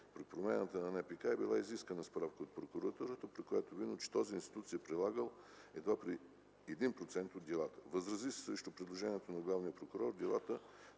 При промяната на НПК е била изискана справка от прокуратурата, от която е видно, че този институт се е прилагал едва при 1% от делата. Възрази се срещу предложението на главния прокурор делата